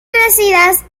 crecidas